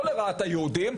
לא לרעת היהודים.